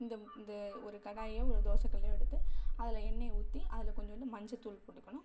இந்த இந்த ஒரு கடாயோ ஒரு தோசைக்கல்லையோ எடுத்து அதில் எண்ணெயை ஊற்றி அதில் கொஞ்சோண்டு மஞ்சள்தூள் போட்டுக்கணும்